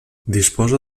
disposa